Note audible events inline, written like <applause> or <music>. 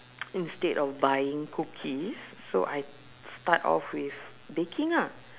<noise> instead of buying cookies so I start off with baking ah